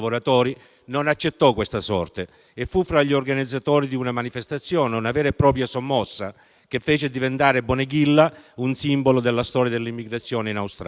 non accettò questa sorte e fu tra gli organizzatori di una manifestazione, una vera a propria sommossa, che fece diventare Bonegilla un simbolo della storia dell'immigrazione in Australia.